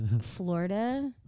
Florida